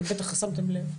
אתם בטח שמתם לב.